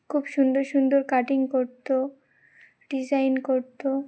খুব সুন্দর সুন্দর কাটিং করত ডিজাইন করত